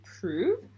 prove